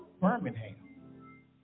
Birmingham